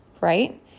right